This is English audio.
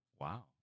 Wow